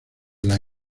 las